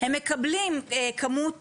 הם מקבלים כמות